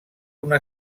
una